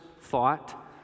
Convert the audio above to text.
thought